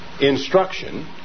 instruction